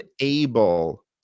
unable